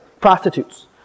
prostitutes